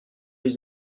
les